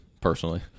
personally